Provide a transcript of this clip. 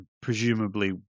Presumably